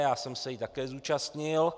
Já jsem se jí také zúčastnil.